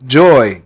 joy